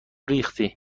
ریختگی